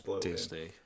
Disney